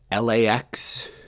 LAX